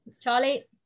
Charlie